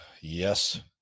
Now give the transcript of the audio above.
Yes